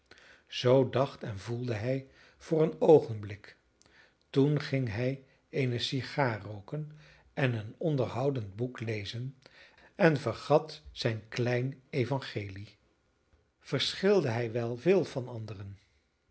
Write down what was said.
zoo dacht en voelde hij voor een oogenblik toen ging hij eene sigaar rooken en een onderhoudend boek lezen en vergat zijn klein evangelie verschilde hij wel veel van anderen